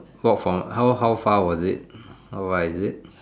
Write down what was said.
walk from how how far was it alright is it